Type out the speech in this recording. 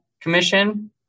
commission